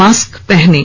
mask पहनें